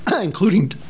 including